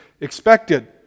expected